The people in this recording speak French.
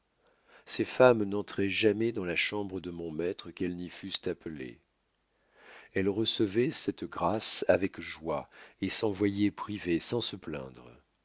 ces femmes n'entroient jamais dans la chambre de mon maître qu'elles n'y fussent appelées elles recevoient cette grâce avec joie et s'en voyoient privées sans se plaindre